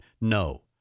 no